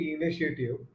initiative